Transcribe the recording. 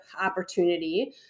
opportunity